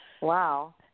Wow